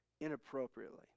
inappropriately